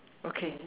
okay